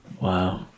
wow